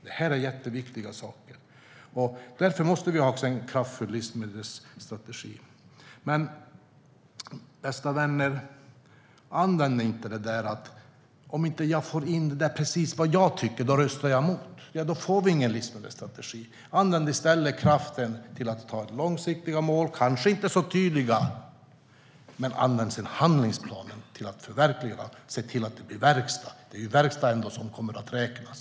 Det här är jätteviktiga saker. Därför måste vi ha en kraftfull livsmedelsstrategi. Men, bästa vänner, använd inte argumentet "ifall jag inte får in precis det som jag tycker röstar jag emot". I så fall får vi ingen livsmedelsstrategi. Använd i stället kraften till att sätta långsiktiga mål. De är kanske inte tydliga. Men använd handlingsplanen för att förverkliga dem. Se till att det blir verkstad! Det är verkstad som kommer att räknas.